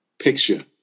picture